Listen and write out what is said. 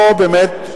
פה באמת,